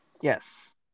Yes